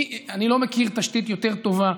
אני לא מכיר תשתית יותר טובה.